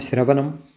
श्रवणम्